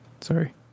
Sorry